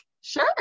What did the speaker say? sure